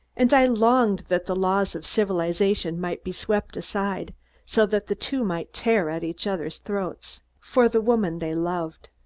and i longed that the laws of civilization might be swept aside so that the two might tear at each other's throats, for the woman they loved.